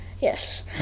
Yes